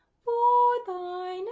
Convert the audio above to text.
for thine